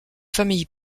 famille